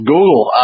Google